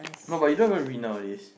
no but you don't even read nowadays